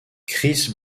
kris